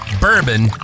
bourbon